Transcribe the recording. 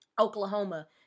Oklahoma